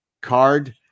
card